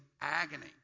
agony